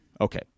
Okay